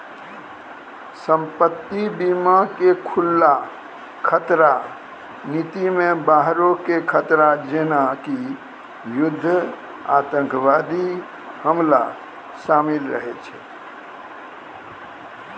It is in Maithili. संपत्ति बीमा के खुल्ला खतरा नीति मे बाहरो के खतरा जेना कि युद्ध आतंकबादी हमला शामिल रहै छै